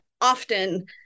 often